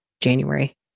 January